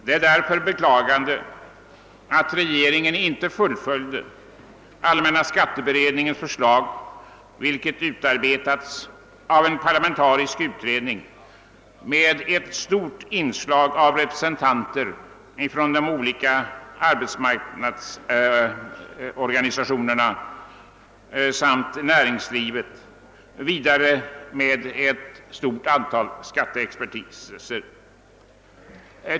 Det är därför beklagligt att regeringen inte fullföljde allmänna skatteberedningens förslag, vilket utarbetats av en parlamentarisk utredning med ett stort inslag av representanter för arbetsmarknadsorganisationerna och närings livet och med ett stort antal skatteexperter.